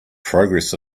progress